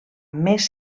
més